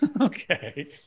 Okay